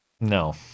No